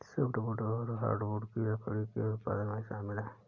softwood और hardwood भी लकड़ी के उत्पादन में शामिल है